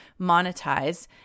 monetize